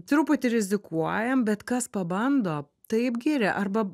truputį rizikuojam bet kas pabando taip giria arba